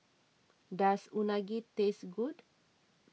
does Unagi taste good